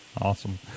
awesome